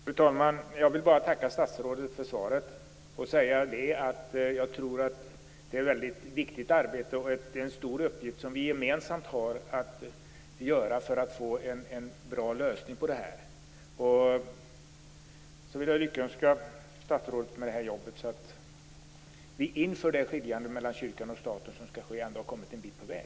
Fru talman! Jag vill tacka statsrådet för svaret. Det här är ett väldigt viktigt arbete, och det är en stor gemensam uppgift för oss att se till att få en bra lösning på den här frågan. Jag vill också önska statsrådet lycka till med det här arbetet och hoppas att vi inför skiljandet mellan kyrkan och staten ändå skall ha kommit en bit på väg.